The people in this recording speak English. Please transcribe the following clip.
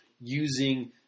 using